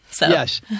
Yes